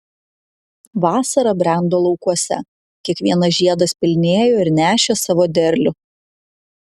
vasara brendo laukuose kiekvienas žiedas pilnėjo ir nešė savo derlių